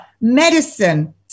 medicine